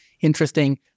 interesting